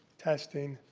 testing,